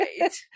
right